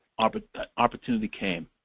ah but opportunity came.